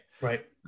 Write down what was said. Right